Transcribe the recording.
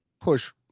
push